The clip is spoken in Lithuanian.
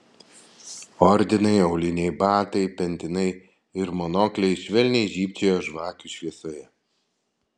ordinai auliniai batai pentinai ir monokliai švelniai žybčiojo žvakių šviesoje